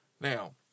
Now